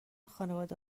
خانواده